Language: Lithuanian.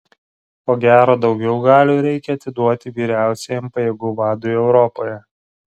ko gero daugiau galių reikia atiduoti vyriausiajam pajėgų vadui europoje